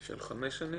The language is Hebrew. של חמש שנים?